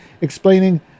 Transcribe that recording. explaining